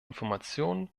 informationen